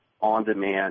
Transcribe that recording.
on-demand